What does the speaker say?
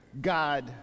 God